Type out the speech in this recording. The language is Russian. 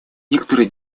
некоторые